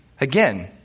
Again